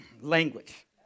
language